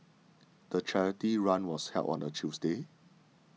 the charity run was held on a Tuesday